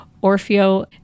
Orfeo